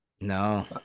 No